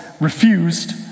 refused